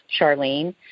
Charlene